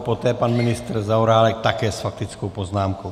Poté pan ministr Zaorálek také s faktickou poznámkou.